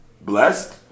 blessed